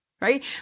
right